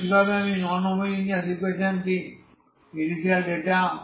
তাহলে কিভাবে আমি এই নন হোমোজেনিয়াস ইকুয়েশন টি ইনিশিয়াল ডেটা